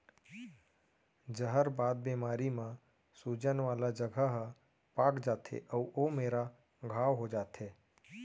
जहरबाद बेमारी म सूजन वाला जघा ह पाक जाथे अउ ओ मेरा घांव हो जाथे